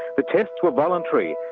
the tests were voluntary,